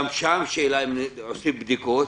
גם שם השאלה אם עושים בדיקות.